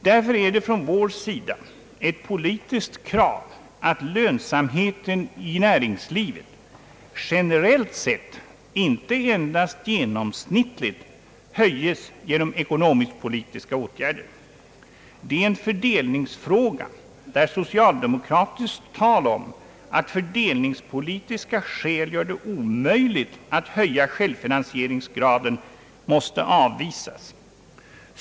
Det är därför från vår sida ett politiskt krav att lönsamheten i näringslivet generellt sett inte endast genomsnittligt höjes genom ekonomisk-politiska åtgärder. Det är en fördelningsfråga, där socialdemokratiskt tal om att fördelningspolitiska skäl gör det omöjligt att höja självfinansieringsgraden måste avvisas.